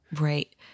right